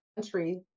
country